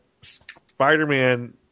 Spider-Man